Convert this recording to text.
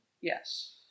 Yes